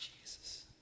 Jesus